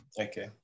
Okay